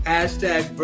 Hashtag